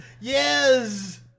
Yes